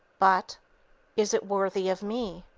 but is it worthy of me?